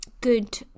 good